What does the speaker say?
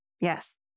Yes